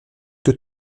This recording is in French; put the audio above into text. que